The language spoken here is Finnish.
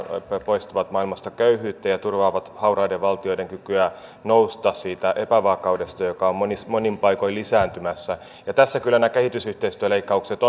poistavat maailmasta köyhyyttä ja turvaavat hauraiden valtioiden kykyä nousta siitä epävakaudesta joka on monin paikoin lisääntymässä tässä kyllä nämä kehitysyhteistyöleikkaukset